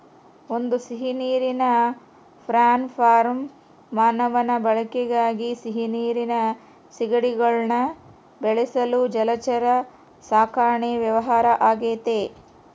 ಒಂದು ಸಿಹಿನೀರಿನ prawn farm ಮಾನವನ ಬಳಕೆಗಾಗಿ ಸಿಹಿನೀರಿನ ಸೀಗಡಿಗುಳ್ನ ಬೆಳೆಸಲು ಜಲಚರ ಸಾಕಣೆ ವ್ಯವಹಾರ ಆಗೆತೆ